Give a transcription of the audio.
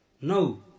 No